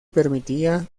permitía